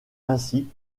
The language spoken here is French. ainsi